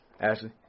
Ashley